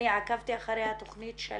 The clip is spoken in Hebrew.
אני עקבתי אחרי התכנית של